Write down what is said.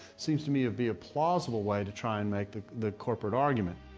seems to me would be a plausible way to try and make the. the corporate argument.